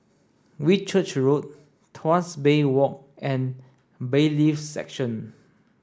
Whitchurch Road Tuas Bay Walk and Bailiffs' Section